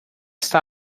está